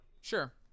Sure